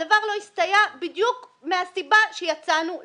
הדבר לא הסתייע בדיוק מהסיבה שיצאנו לבחירות,